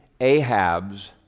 Ahabs